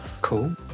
cool